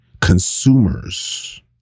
consumers